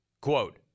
Quote